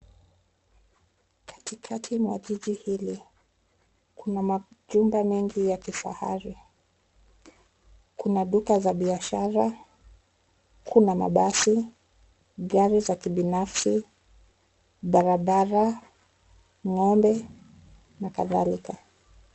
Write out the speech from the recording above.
Katikati mwa jiji hili, kuna majumba mengi ya kifahari. Kuna duka za biashara, kuna mabasi, gari za kibinafsi, barabara, ng'ombe na kadhalika.